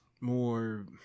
more